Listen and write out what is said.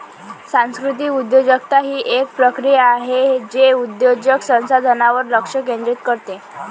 सांस्कृतिक उद्योजकता ही एक प्रक्रिया आहे जे उद्योजक संसाधनांवर लक्ष केंद्रित करते